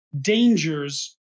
dangers